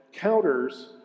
counters